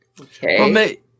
Okay